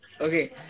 Okay